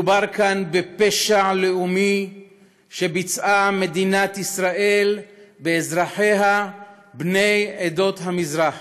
מדובר כאן בפשע לאומי שביצעה מדינת ישראל באזרחיה בני עדות המזרח,